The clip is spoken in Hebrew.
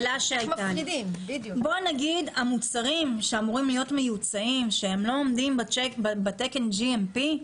בוא נגיד שהמוצרים שאמורים להיות מיוצאים שהם לא עומדים בתקן GMP,